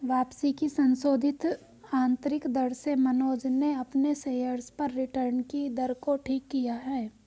वापसी की संशोधित आंतरिक दर से मनोज ने अपने शेयर्स पर रिटर्न कि दर को ठीक किया है